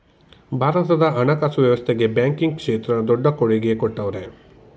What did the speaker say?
ಭಾರತದ ಹಣಕಾಸು ವ್ಯವಸ್ಥೆಗೆ ಬ್ಯಾಂಕಿಂಗ್ ಕ್ಷೇತ್ರ ದೊಡ್ಡ ಕೊಡುಗೆ ಕೊಟ್ಟವ್ರೆ